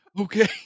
Okay